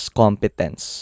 competence